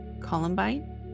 Columbine